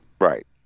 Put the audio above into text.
right